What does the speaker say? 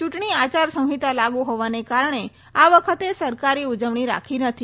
ચૂંટણી આચારસંહિતા લાગુ હોવાને કારણે આ વખતે સરકારી ઉજવણી રાખી નથી